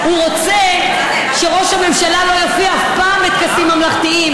הוא רוצה שראש הממשלה לא יופיע אף פעם בטקסים ממלכתיים,